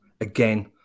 again